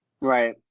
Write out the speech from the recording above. Right